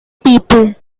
people